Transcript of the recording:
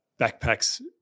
Backpacks –